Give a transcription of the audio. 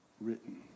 written